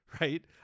right